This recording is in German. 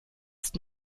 ist